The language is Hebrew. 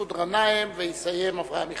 מסעוד גנאים, ויסיים, אברהם מיכאלי.